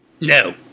No